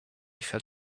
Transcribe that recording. felt